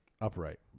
Upright